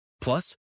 Plus